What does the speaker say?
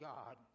God